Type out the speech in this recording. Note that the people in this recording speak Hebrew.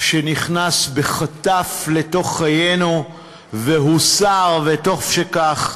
שנכנס בחטף לתוך חיינו והוסר, וטוב שכך,